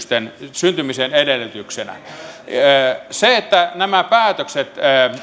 syntymisen edellytyksenä nämä päätökset